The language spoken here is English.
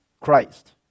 Christ